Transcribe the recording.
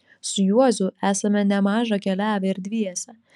su juozu esame nemaža keliavę ir dviese